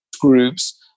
groups